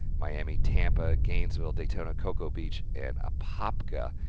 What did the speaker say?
miami, tampa, gainesville, daytona, cocoa beach, and apopka,